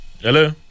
hello